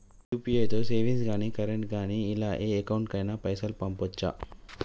UPI తో savings గాని current గాని ఇలా ఏ అకౌంట్ కైనా పైసల్ పంపొచ్చా?